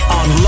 on